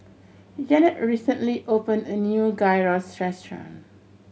Janet recently opened a new Gyros Restaurant